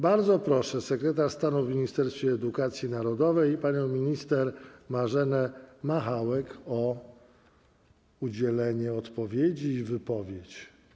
Bardzo proszę sekretarz stanu w ministerstwie edukacji narodowej panią minister Marzenę Machałek o udzielenie odpowiedzi i wypowiedź.